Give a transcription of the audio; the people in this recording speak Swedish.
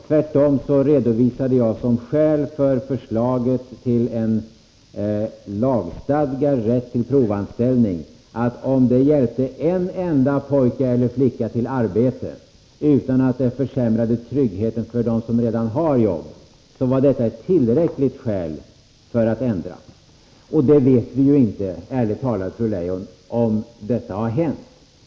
Tvärtom redovisade jag som skäl för förslaget till en lagstadgad rätt till provanställning att om det hjälpte en enda pojke eller flicka till arbete utan att det försämrade tryggheten för dem som redan har jobb, så var det ett tillräckligt skäl för att ändra lagen. Ärligt talat, fru Leijon, vet vi ju inte om detta har hänt.